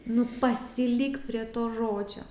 nu pasilik prie to žodžio